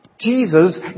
Jesus